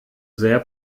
sehr